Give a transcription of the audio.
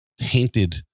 tainted